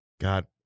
God